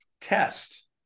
test